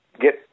get